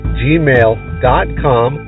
gmail.com